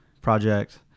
project